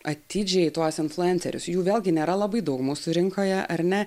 atidžiai tuos influencerius jų vėlgi nėra labai daug mūsų rinkoje ar ne